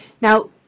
Now